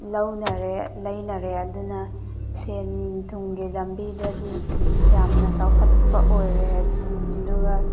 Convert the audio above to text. ꯂꯧꯅꯔꯦ ꯂꯩꯅꯔꯦ ꯑꯗꯨꯅ ꯁꯦꯟ ꯊꯨꯝꯒꯤ ꯂꯝꯕꯤꯗꯗꯤ ꯌꯥꯝꯅ ꯆꯥꯎꯈꯠꯄ ꯑꯣꯏꯔꯦ ꯑꯗꯨꯒ